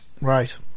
Right